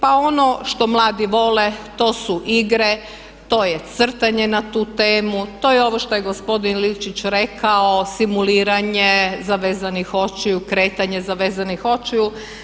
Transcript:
Pa ono što mladi vole to su igre, to je crtanje na tu temu, to je ovo što je gospodin rekao simuliranje zavezanih očiju, kretanje zavezanih očiju.